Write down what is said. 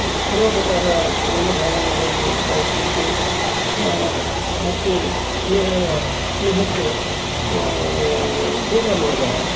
ಪರೋಪಕಾರ ಮನೋಭಾವನೆ ಅವರಲ್ಲಿ ಬೆಳೆಸಬೇಕು ಮತ್ತು ಸ್ನೇಹ ಸ್ನೇಹಕ್ಕೆ ದೋಖಾ ಮಾಡಬಾರ್ದು